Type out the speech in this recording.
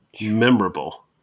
memorable